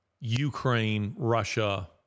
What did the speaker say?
Ukraine-Russia